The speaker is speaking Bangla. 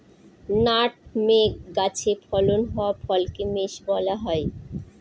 নাটমেগ গাছে ফলন হওয়া ফলকে মেস বলা হয়